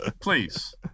please